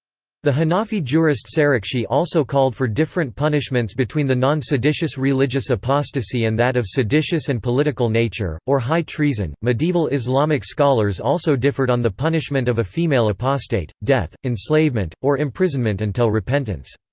the hanafi jurist sarakhsi also called for different punishments between the non-seditious religious apostasy and that of seditious and political nature, or high treason medieval islamic scholars also differed on the punishment of a female apostate death, enslavement, or imprisonment until repentance.